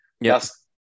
Yes